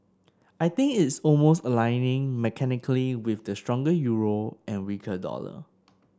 I think it's almost aligning mechanically with the stronger euro and weaker dollar